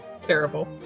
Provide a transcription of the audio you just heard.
Terrible